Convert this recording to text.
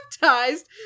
baptized